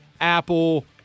Apple